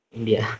India